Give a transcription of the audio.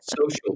social